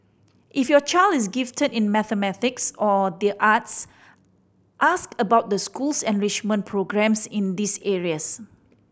if your child is gifted in mathematics or the arts ask about the school's enrichment programmes in these areas